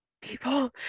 people